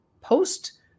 post-